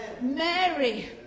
Mary